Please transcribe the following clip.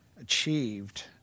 achieved